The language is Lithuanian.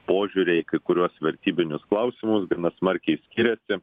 požiūriai į kai kuriuos vertybinius klausimus gana smarkiai skiriasi